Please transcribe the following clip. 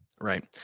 right